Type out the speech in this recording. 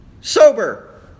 sober